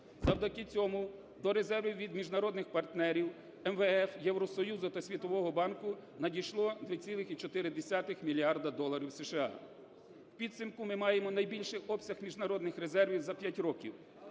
Завдяки цьому до резервів від міжнародних партнерів, МВФ, Євросоюзу та Світового банку, надійшло 2,4 мільярда доларів США. В підсумку ми маємо найбільший обсяг міжнародних резервів за 5 років.